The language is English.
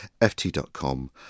ft.com